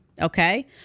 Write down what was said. Okay